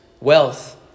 wealth